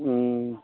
ꯎꯝ